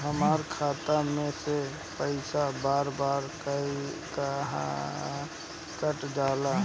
हमरा खाता में से पइसा बार बार काहे कट जाला?